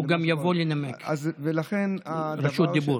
הוא גם יבוא לנמק, רשות דיבור.